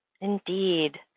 Indeed